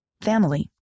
Family